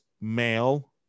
male